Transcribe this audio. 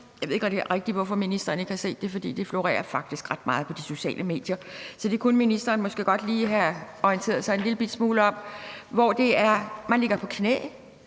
Jeg ved ikke rigtig, hvorfor ministeren ikke har set det, for det florerer faktisk ret meget på de sociale medier; så det kunne ministeren måske godt lige have orienteret sig en lillebitte smule om. Man ligger på knæ.